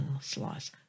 slice